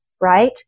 right